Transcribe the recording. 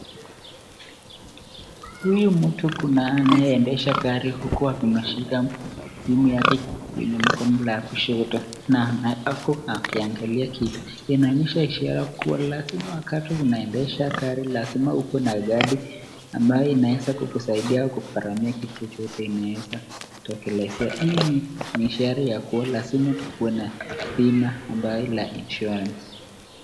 Huyu mtu kuna anayeendesha gari huku ameshika simu yake kwenye mkono la kushoto, na ako akiangalia kitu. Inaonyesha ishara kua lazima wakati unaendesha gari lazima ukue na kadi ambayo inaweza kukusaidia kugharima kitu chochote inaweza kutokelezea. Hii ni ishara ya kua lazima tukuwe na bima ambayo ni la[ insurance]